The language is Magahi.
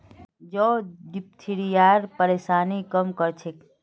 जौ डिप्थिरियार परेशानीक कम कर छेक